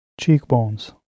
cheekbones